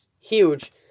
huge